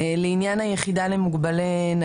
ולא עוד מסבירים אחד לשני,